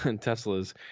Tesla's